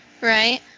Right